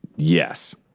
Yes